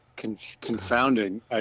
confounding